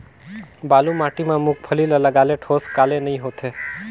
बालू माटी मा मुंगफली ला लगाले ठोस काले नइ होथे?